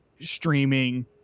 Streaming